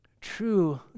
true